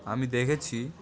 আমি দেখেছি